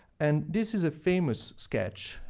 and this is a famous sketch,